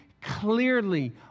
clearly